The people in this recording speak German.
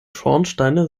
schornsteine